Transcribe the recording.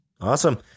Awesome